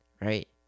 right